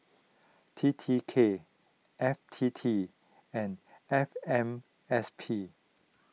T T K F T T and F M S P